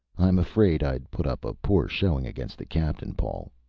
i'm afraid i'd put up a poor showing against the captain, paul.